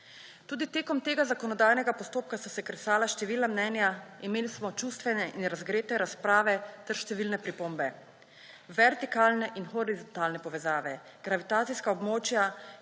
Tudi tekom tega zakonodajnega postopka so se kresala številna mnenja, imeli smo čustvene in razgrete razprave ter številne pripombe. Vertikalne in horizontalne povezave, gravitacijska območja